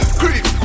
creep